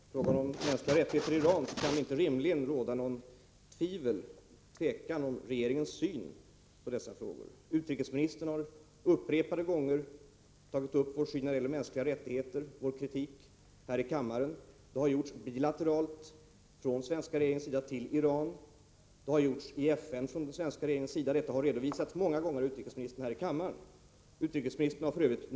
Herr talman! Vad gäller frågan om mänskliga rättigheter i Iran kan det rimligen inte råda något tvivel om regeringens syn. Utrikesministern har upprepade gånger deklarerat vår syn på frågan om mänskliga rättigheter och framfört vår kritik här i kammaren. Det har också gjorts bilateralt från den svenska regeringens sida till Iran. Det har gjorts i FN från den svenska regeringens sida och redovisats här i kammaren många gånger av utrikesministern. Utrikesministern har f.ö.